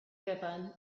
gyfan